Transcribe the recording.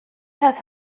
have